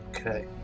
Okay